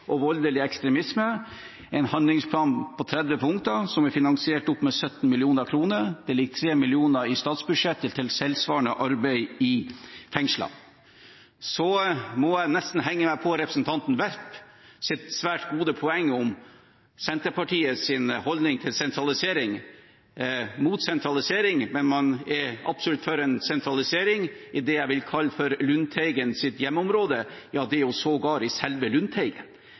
og voldelig ekstremisme, en handlingsplan på 30 punkter som er finansiert opp med 17 mill. kr. Det ligger 3 mill. kr i statsbudsjettet til tilsvarende arbeid i fengslene. Så må jeg nesten henge meg på representanten Werp sitt svært gode poeng om Senterpartiets holdning til sentralisering: Man er mot sentralisering, men man er absolutt for en sentralisering i det jeg vil kalle for Lundteigens hjemmeområde – ja, det er jo sågar i selve Lundteigen.